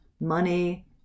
money